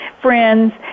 friends